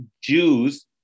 Jews